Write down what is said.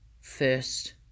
first